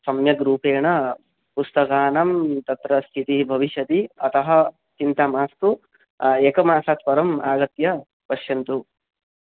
सम्यग्रूपेण पुस्तकानां तत्र स्थितिः भविष्यति अतः चिन्ता मास्तु एकमासात् परम् आगत्य पश्यन्तु